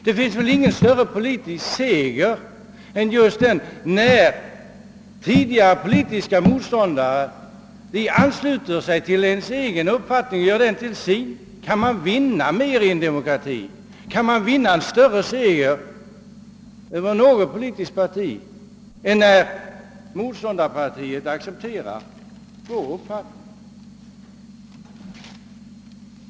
Det finns väl ingen större politisk seger än just den att tidigare motståndare ansluter sig till ens egen uppfattning och gör den till sin. Kan man vinna mer i en demokrati?